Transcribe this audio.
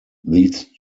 these